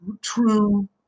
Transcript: true